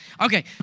Okay